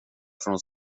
förrän